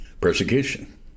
persecution